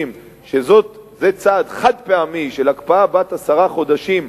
שזה צעד חד-פעמי של הקפאה בת עשרה חודשים,